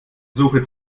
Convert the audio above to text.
suche